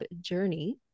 journey